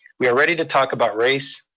we are ready to talk about race,